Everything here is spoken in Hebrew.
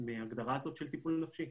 מההגדרה של טיפול נפשי.